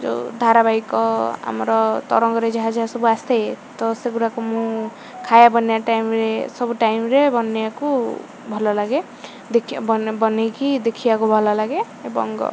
ଯେଉଁ ଧାରାବାହିକ ଆମର ତରଙ୍ଗରେ ଯାହା ଯାହା ସବୁ ଆସେ ତ ସେଗୁଡ଼ାକ ମୁଁ ଖାଇବା ବନେଇବା ଟାଇମ୍ରେ ସବୁ ଟାଇମ୍ରେ ବନେଇବାକୁ ଭଲ ଲାଗେ ଦେଖି ବନେଇକି ଦେଖିବାକୁ ଭଲ ଲାଗେ ଏବଂ